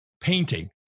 painting